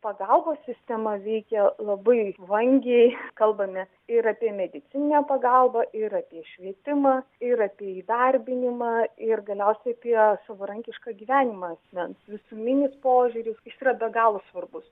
pagalbos sistema veikia labai vangiai kalbame ir apie medicininę pagalbą ir apie švietimą ir apie įdarbinimą ir galiausiai apie savarankišką gyvenimą asmens visuminis požiūris jis yra be galo svarbus